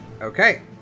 Okay